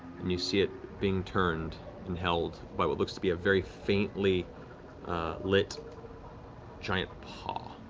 and you see it being turned and held by what looks to be a very faintly lit giant paw.